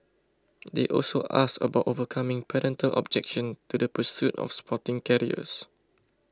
they also asked about overcoming parental objection to the pursuit of sporting careers